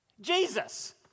Jesus